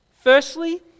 firstly